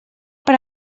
per